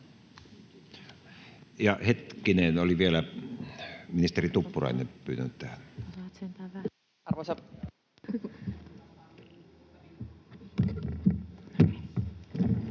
— Hetkinen, oli vielä ministeri Tuppurainen pyytänyt tähän.